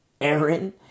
Aaron